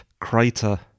crater